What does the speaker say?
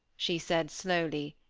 she said slowly,